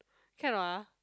can or not ah